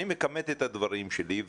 אני מכמת את הדברים שלי.